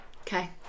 okay